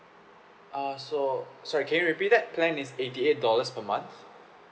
uh so sorry can you repeat that plan is eighty eight dollars per month